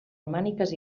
romàniques